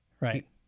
Right